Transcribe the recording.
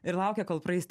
ir laukia kol praeis